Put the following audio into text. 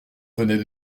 venait